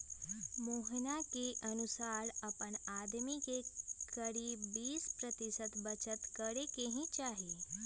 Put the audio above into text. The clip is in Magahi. मोहना के अनुसार अपन आमदनी के करीब बीस प्रतिशत बचत करे के ही चाहि